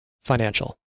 financial